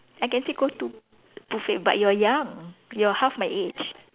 I can still go to buffet but you're young you're half my age